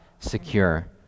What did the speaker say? secure